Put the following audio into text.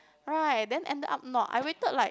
right then ended up not I waited like